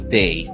day